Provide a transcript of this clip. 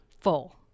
full